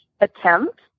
attempt